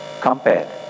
Compare